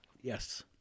Yes